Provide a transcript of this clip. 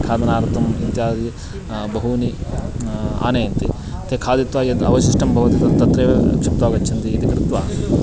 खादनार्थम् इत्यादि बहूनि आनयन्ति ते खादित्वा यद् अवशिष्टं भवति तत् तत्रैव क्षिप्त्वा गच्छन्ति इति कृत्वा